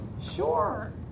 Sure